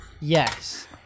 Yes